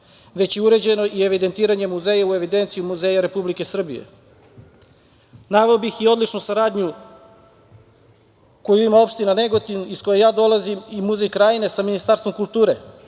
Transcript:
već je uređeno i evidentiranjem muzeja u Evidenciju muzeja Republike Srbije. Naveo bih i odličnu saradnju koju ima opština Negotin, iz koje ja dolazim, i Muzej Krajine sa Ministarstvom kulture,